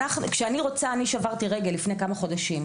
לפני כמה חודשים שברתי רגל.